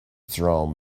thrown